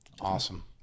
Awesome